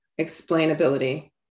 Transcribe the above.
explainability